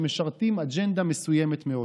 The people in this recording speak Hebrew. שמשרתים אג'נדה מסוימת מאוד.